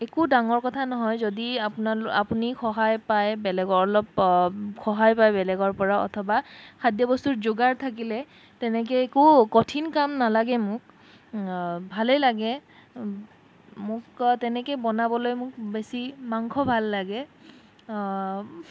একো ডাঙৰ কথা নহয় যদি আপোনালোক আপুনি সহায় পায় বেলেগৰ অলপ সহায় পায় বেলেগৰপৰা অথবা খাদ্য বস্তুতো যোগাৰ থাকিলে তেনেকৈ একো কঠিন কাম নালাগে মোক ভালেই লাগে মোক তেনেকৈয়ে বনাবলৈ মোক বেছি মাংস ভাল লাগে